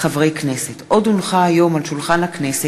אילן גילאון,